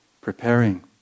preparing